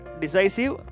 Decisive